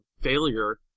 failure